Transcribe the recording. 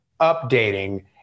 updating